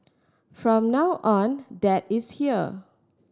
from now on dad is here